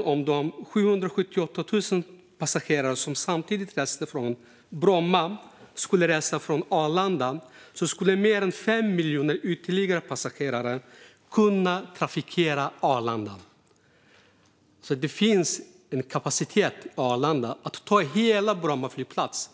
om de 778 000 passagerare som samtidigt reste från Bromma skulle resa från Arlanda skulle ytterligare mer än 5 miljoner passagerare kunna trafikera Arlanda. Det finns alltså kapacitet på Arlanda att ta hela Bromma flygplats.